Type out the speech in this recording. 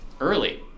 early